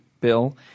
bill